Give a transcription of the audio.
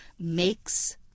makes